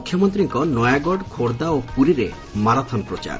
ମୁଖ୍ୟମନ୍ତୀଙ୍କ ନୟାଗଡ଼ ଖୋର୍ଦ୍ଧା ଓ ପୁରୀରେ ମାରାଥନ୍ ପ୍ରଚାର